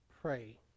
pray